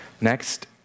Next